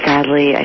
Sadly